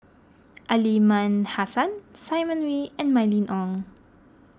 Aliman Hassan Simon Wee and Mylene Ong